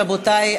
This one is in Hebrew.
רבותי,